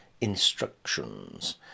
instructions